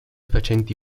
facenti